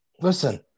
Listen